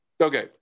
okay